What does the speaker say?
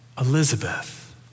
Elizabeth